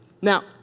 Now